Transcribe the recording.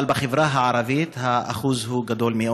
אבל בחברה הערבית האחוז הוא גדול מאוד.